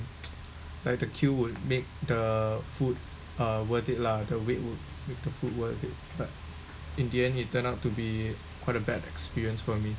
like the queue would make the food uh worth it lah the wait would make the food worth it but in the end it turned out to be quite a bad experience for me